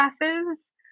classes